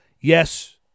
yes